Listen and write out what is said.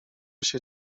się